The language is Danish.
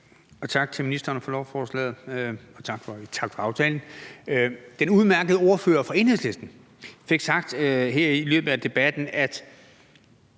og tak til ministeren for lovforslaget, og tak for aftalen. Den udmærkede ordfører fra Enhedslisten fik sagt her i løbet af debatten, at